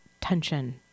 tension